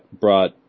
brought